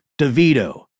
DeVito